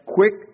Quick